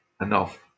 enough